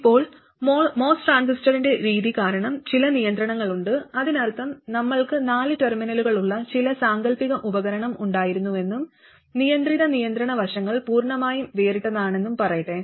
ഇപ്പോൾ MOS ട്രാൻസിസ്റ്ററിന്റെ രീതി കാരണം ചില നിയന്ത്രണങ്ങളുണ്ട് അതിനർത്ഥം നമ്മൾക്ക് നാല് ടെർമിനലുകളുള്ള ചില സാങ്കൽപ്പിക ഉപകരണം ഉണ്ടായിരുന്നുവെന്നും നിയന്ത്രിത നിയന്ത്രണ വശങ്ങൾ പൂർണ്ണമായും വേറിട്ടതാണെന്നും പറയട്ടെ